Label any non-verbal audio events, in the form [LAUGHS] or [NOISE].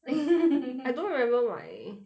[LAUGHS] I don't remember my